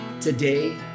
today